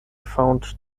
found